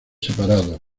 separados